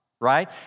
right